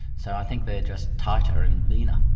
so i think they are just tighter and meaner.